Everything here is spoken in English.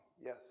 Yes